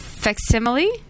facsimile